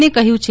ને કહ્યું છે